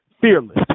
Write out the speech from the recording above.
fearless